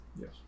Yes